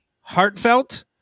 heartfelt